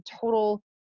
total